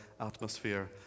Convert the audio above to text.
atmosphere